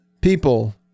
People